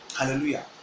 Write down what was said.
Hallelujah